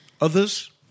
Others